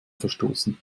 verstoßen